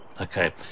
Okay